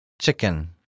Chicken